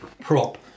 prop